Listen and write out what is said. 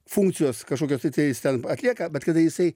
funkcijos kažkokios tai tai jis ten atlieka bet kada jisai